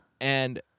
And-